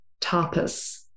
tapas